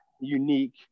unique